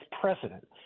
precedent